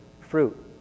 fruit